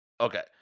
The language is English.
Okay